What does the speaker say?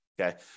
okay